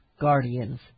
guardians